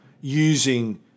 using